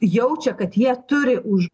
jaučia kad jie turi už